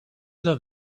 love